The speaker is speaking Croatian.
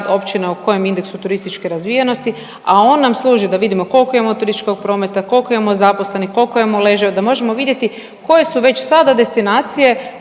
općina u kojem indeksu turističke razvijenosti, a on nam služi da vidimo koliko imamo turističkog prometa, koliko imamo zaposlenih, koliko imamo ležajeva, da možemo vidjeti koje su već sada destinacije